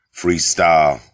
freestyle